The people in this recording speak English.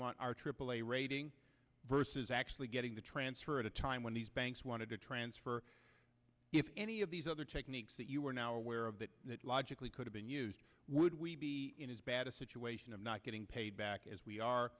want our aaa rating versus actually getting the transfer at a time when these banks wanted to transfer if any of these other techniques that you are now aware of that logically could have been used would we be in as bad a situation of not getting paid back as we are